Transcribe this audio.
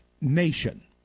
nation